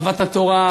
אהבת האדם,